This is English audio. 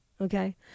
Okay